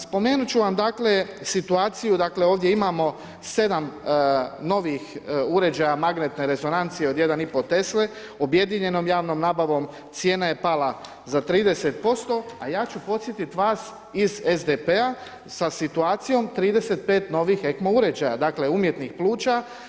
Spomenuti ću vam dakle situaciju, dakle ovdje imamo 7 novih uređaja magnetne rezonance od 1,5 Tesle, objedinjenom javnom nabavom, cijena je pala za 30% a ja ću podsjetiti vas iz SDP-a sa situacijom 35 novih ECMO uređaja, dakle umjetnih pluća.